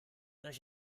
euch